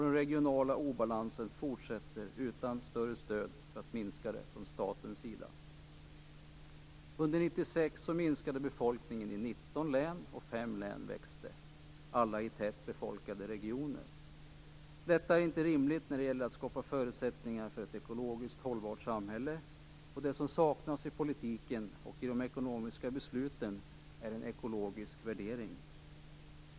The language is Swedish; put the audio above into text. Den regionala obalansen fortsätter utan något större stöd från statens sida för att minska det. Under 1996 minskade befolkningen i 19 län och växte i 5 län, alla i tätbefolkade regioner. Detta är inte rimligt när det gäller att skapa förutsättningar för ett ekologiskt hållbart samhälle. Det som saknas i politiken och i de ekonomiska besluten är en ekologisk värdering.